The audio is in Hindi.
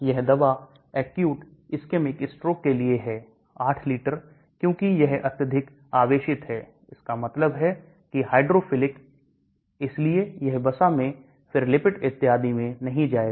यह दवा acute ischemic stroke के लिए है 8 लीटर क्योंकि यह अत्यधिक आवेशित है इसका मतलब है कि हाइड्रोफिलिक इसलिए यह बसा में फिर लिपिड इत्यादि में नहीं जाएगा